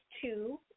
two